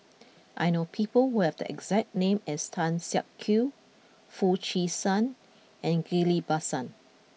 I know people who have the exact name as Tan Siak Kew Foo Chee San and Ghillie Basan